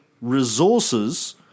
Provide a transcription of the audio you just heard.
resources